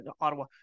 Ottawa